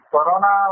Corona